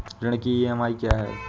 ऋण की ई.एम.आई क्या है?